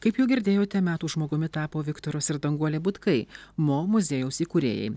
kaip jau girdėjote metų žmogumi tapo viktoras ir danguolė butkai mo muziejaus įkūrėjai